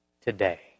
today